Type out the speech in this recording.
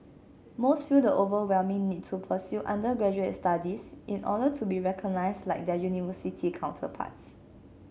most feel the overwhelming need to pursue undergraduate studies in order to be recognized like their university counterparts